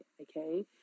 okay